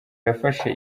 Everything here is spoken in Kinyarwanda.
yafashe